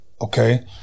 Okay